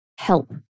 Help